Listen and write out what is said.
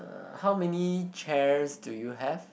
uh how many chairs do you have